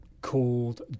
called